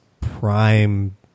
prime